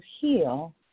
heal